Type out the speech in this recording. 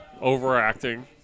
overacting